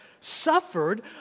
suffered